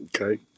okay